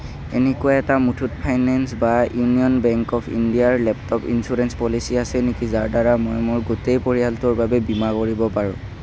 এনেকুৱা এটা মুথুত ফাইনেন্স বা ইউনিয়ন বেংক অৱ ইণ্ডিয়াৰ লেপটপ ইঞ্চুৰেঞ্চ পলিচী আছে নেকি যাৰ দ্বাৰা মই মোৰ গোটেই পৰিয়ালটোৰ বাবে বীমা কৰিব পাৰো